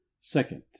Second